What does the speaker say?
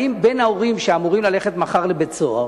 האם בין ההורים שאמורים ללכת מחר לבית-סוהר